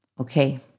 Okay